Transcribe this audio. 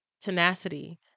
tenacity